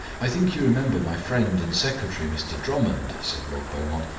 i think you remember my friend and secretary, mr drummond, said lord beaumont,